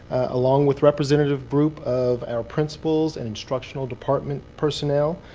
along with representative group of our principles and instructional department personnel,